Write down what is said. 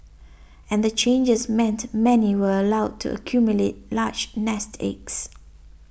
and the changes meant many were allowed to accumulate large nest eggs